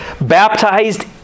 baptized